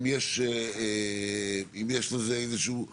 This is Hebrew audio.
אם יש לזה איזשהו סדר?